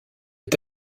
est